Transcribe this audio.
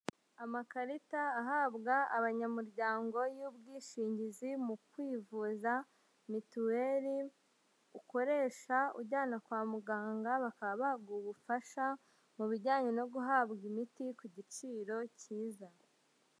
Amakarita ahabwa abanyamuryango y'ubwishingizi mu kwivuza mituweri, ukoresha ujyana kwa muganga, bakaba baguha ubufasha mu bijyanye no guhabwa imiti ku giciro cyiza.